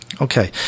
Okay